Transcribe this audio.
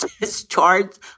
discharged